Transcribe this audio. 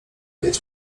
jedź